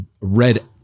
red